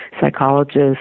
psychologists